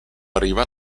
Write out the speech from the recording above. arriva